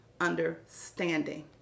understanding